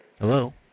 Hello